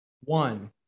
One